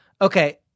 Okay